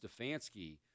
Stefanski